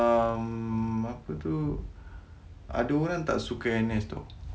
tapi uh kalau aku tengok ah ada orang tak suka N_S [tau]